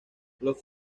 los